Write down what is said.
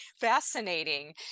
fascinating